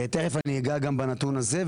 תיכף אני אגע גם בנתון הזה.